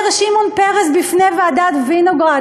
אומר שמעון פרס בפני ועדת וינוגרד,